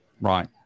Right